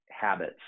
habits